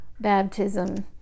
baptism